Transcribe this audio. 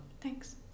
Thanks